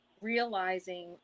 realizing